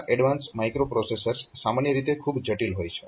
આ advance microprocessors સામાન્ય રીતે ખૂબ જટિલ હોય છે